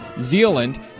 Zealand